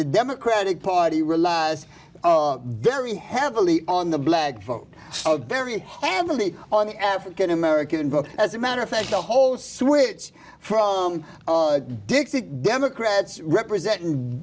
the democratic party relies very heavily on the black vote very heavily on the african american vote as a matter of fact the whole switch from dixit democrats represent